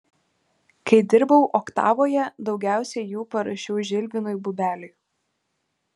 kai dirbau oktavoje daugiausiai jų parašiau žilvinui bubeliui